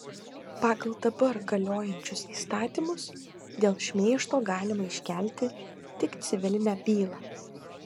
pagal dabar galiojančius įstatymus dėl šmeižto galima iškelti tik civilinę bylą